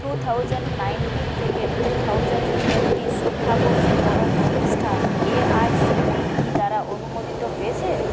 two thousand nineteen থেকে two thousand twenty শিক্ষাবর্ষে কোন প্রতিষ্ঠান A I C T E দ্বারা অনুমোদিত হয়েছে